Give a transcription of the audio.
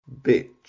bitch